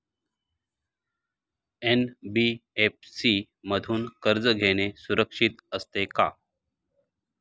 NBFC मधून कर्ज घेणे सुरक्षित असते का?